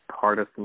partisan